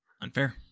unfair